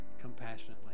compassionately